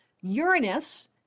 Uranus